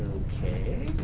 okay,